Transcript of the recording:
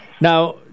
Now